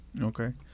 Okay